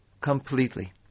completely